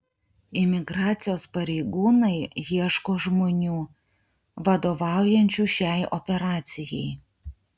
imigracijos pareigūnai ieško žmonių vadovaujančių šiai operacijai